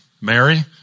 Mary